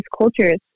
cultures